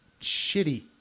shitty